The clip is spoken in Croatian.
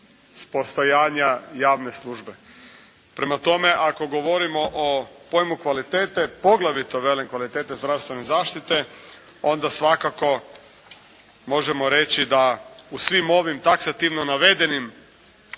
postojanja javne službe. Prema tome ako govorimo o pojmu kvalitete poglavito velim kvalitete zdravstvene zaštite onda svakako možemo reći da u svim ovim taksativno navedenim